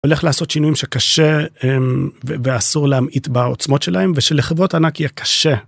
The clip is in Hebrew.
הולך לעשות שינויים שקשה ואסור להמעיט בעוצמות שלהם ושלחברות ענק יהיה קשה.